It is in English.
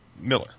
Miller